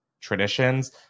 traditions